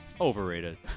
Overrated